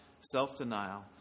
self-denial